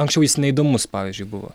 anksčiau jis neįdomus pavyzdžiui buvo